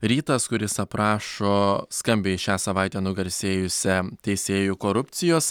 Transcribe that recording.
rytas kuris aprašo skambiai šią savaitę nugarsėjusią teisėjų korupcijos